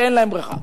כשאין להם בריכה.